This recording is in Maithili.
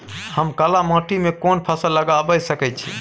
हम काला माटी में कोन फसल लगाबै सकेत छी?